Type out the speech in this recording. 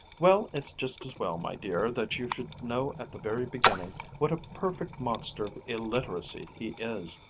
well, it's just as well, my dear, that you should know at the very beginning what a perfect monster of illiteracy he is!